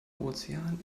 ozean